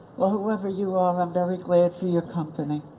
well whoever you are, i'm very glad for your company.